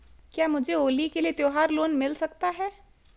क्या मुझे होली के लिए त्यौहार लोंन मिल सकता है?